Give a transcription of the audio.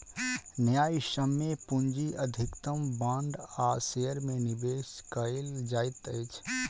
न्यायसम्य पूंजी अधिकतम बांड आ शेयर में निवेश कयल जाइत अछि